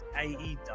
AEW